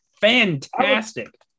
fantastic